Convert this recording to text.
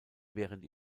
während